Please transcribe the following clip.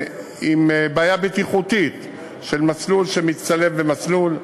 עם בעיה בטיחותית של מסלול שמצטלב במסלול,